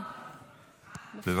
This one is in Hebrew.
אבל לא לנהל שיחה.